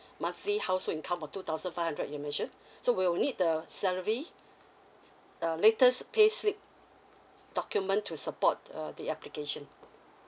monthly household income of two thousand five hundred you mention so we'll need the salary uh latest payslip document to support uh the application